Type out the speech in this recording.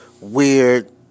weird